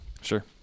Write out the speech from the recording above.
Sure